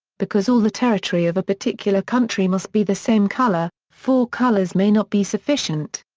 because all the territory of a particular country must be the same color, four colors may not be sufficient.